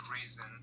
reason